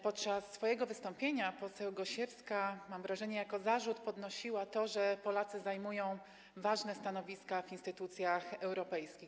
Podczas swojego wystąpienia poseł Gosiewska - mam wrażenie, że jako zarzut - podnosiła to, że Polacy zajmują ważne stanowiska w instytucjach europejskich.